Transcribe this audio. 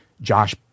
Josh